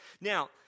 Now